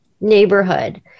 neighborhood